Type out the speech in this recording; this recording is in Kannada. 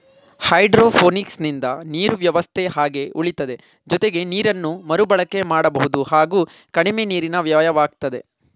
ಹೈಡ್ರೋಪೋನಿಕ್ಸಿಂದ ನೀರು ವ್ಯವಸ್ಥೆ ಹಾಗೆ ಉಳಿತದೆ ಜೊತೆಗೆ ನೀರನ್ನು ಮರುಬಳಕೆ ಮಾಡಬಹುದು ಹಾಗೂ ಕಡಿಮೆ ನೀರಿನ ವ್ಯಯವಾಗ್ತದೆ